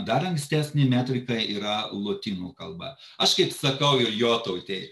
dar ankstesni metrikai yra lotynų kalba aš kaip sakau ir jotautei